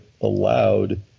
allowed